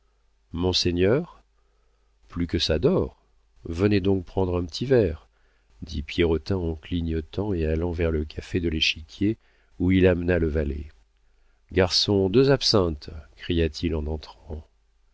monseigneur plus que çà d'or venez donc prendre un petit verre dit pierrotin en clignotant et allant vers le café de l'échiquier où il amena le valet garçon deux absinthes cria-t-il en entrant